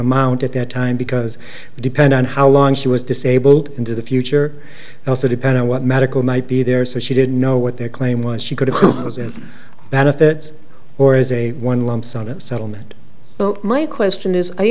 amount at that time because depend on how long she was disabled into the future also depend on what medical might be there so she didn't know what their claim was she could have benefits or is a one lump sum of settlement but my question is i